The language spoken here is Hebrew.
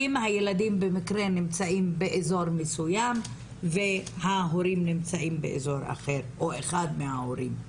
אם הילדים במקרה נמצאים מסוים וההורים נמצאים באזור אחר או אחד מההורים.